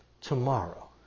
tomorrow